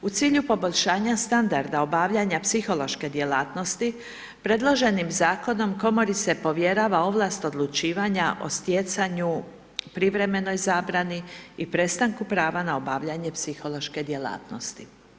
U cilju poboljšanja standarda obavljanja psihološke djelatnosti predloženim Zakonom Komori se povjerava ovlast odlučivanja o stjecanju, privremenoj zabrani i prestanku prava na obavljanje psihološke djelatnosti.